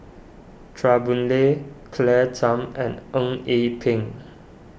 Chua Boon Lay Claire Tham and Eng Yee Peng